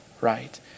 right